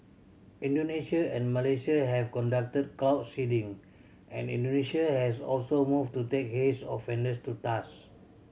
Indonesia and Malaysia have conducted cloud seeding and Indonesia has also moved to take haze offenders to task